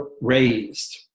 raised